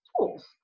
tools